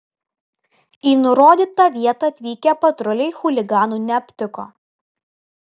į nurodytą vietą atvykę patruliai chuliganų neaptiko